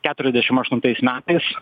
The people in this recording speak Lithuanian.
keturiasdešim aštuntais metais